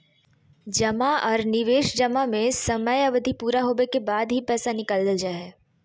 जमा आर निवेश जमा में समय अवधि पूरा होबे के बाद ही पैसा निकालल जा हय